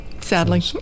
Sadly